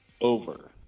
over